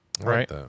right